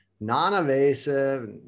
non-invasive